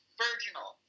virginal